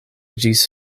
ĝis